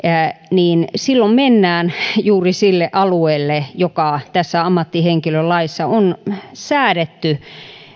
niin silloin mennään juuri sille alueelle joka tässä ammattihenkilölaissa on säädetty